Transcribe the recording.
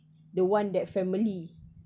the one that family